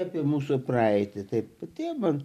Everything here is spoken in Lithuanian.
apie mūsų praeitį taip tėvą